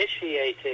initiating